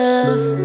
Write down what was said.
love